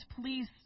please